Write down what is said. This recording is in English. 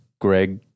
Greg